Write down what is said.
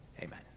Amen